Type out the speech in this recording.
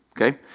Okay